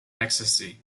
ecstasy